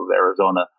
Arizona